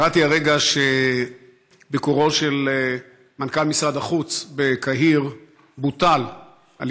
קראתי הרגע שביקורו של מנכ"ל משרד החוץ בקהיר בוטל על